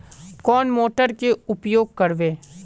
कौन मोटर के उपयोग करवे?